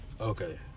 Okay